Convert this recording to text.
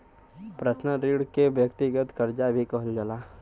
personal ऋण के व्यक्तिगत करजा भी कहल जाला